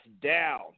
down